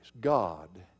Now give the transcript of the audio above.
God